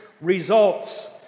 results